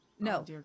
No